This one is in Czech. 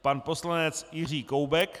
Pan poslanec Jiří Koubek.